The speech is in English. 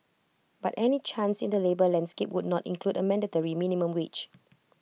but any change in the labour landscape would not include A mandatory minimum wage